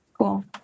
Cool